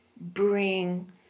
bring